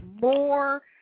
more